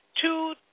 two